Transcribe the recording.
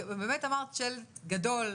ובאמת אמרת שלט גדול,